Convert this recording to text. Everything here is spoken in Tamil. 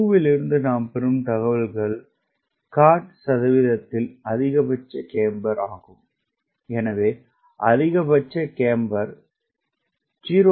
2 இலிருந்து நாம் பெறும் தகவல்கள் கார்ட் சதவீதத்தில் அதிகபட்ச கேம்பர் ஆகும் எனவே அதிகபட்ச கேம்பர் 0